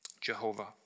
Jehovah